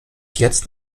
jetzt